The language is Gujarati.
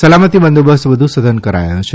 સલામતી બંદોબસ્ત વધુ સઘન કરાયો છે